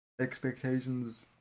expectations